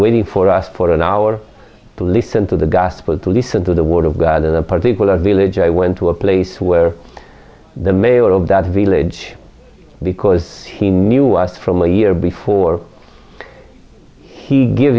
waiting for us for an hour to listen to the gospel to listen to the word of god in a particular village i went to a place where the mayor of that village because he knew us from a year before he give